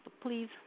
please